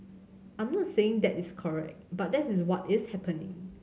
I'm not saying that is correct but that is what is happening